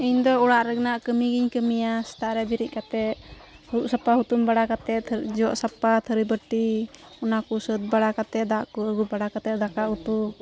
ᱤᱧᱫᱚ ᱚᱲᱟᱜ ᱨᱮᱱᱟᱜ ᱠᱟᱹᱢᱤᱜᱮᱧ ᱠᱟᱹᱢᱤᱭᱟ ᱥᱮᱛᱟᱜᱨᱮ ᱵᱤᱨᱤᱫ ᱠᱟᱛᱮᱫ ᱥᱟᱯᱟ ᱦᱩᱛᱩᱢᱵᱟᱲᱟ ᱠᱟᱛᱮᱫ ᱡᱚᱜ ᱥᱟᱯᱷᱟ ᱛᱷᱟᱹᱨᱤᱼᱵᱟᱹᱴᱤ ᱚᱱᱟᱠᱚ ᱥᱟᱹᱛᱵᱟᱲᱟ ᱠᱟᱛᱮᱫ ᱫᱟᱜ ᱠᱚ ᱟᱹᱜᱩ ᱵᱟᱲᱟ ᱠᱟᱛᱮᱫ ᱫᱟᱠᱟᱼᱩᱛᱩ